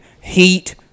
Heat